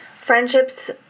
Friendships